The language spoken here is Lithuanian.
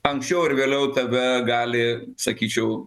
anksčiau ar vėliau tave gali sakyčiau